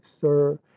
sir